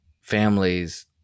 families